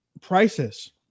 prices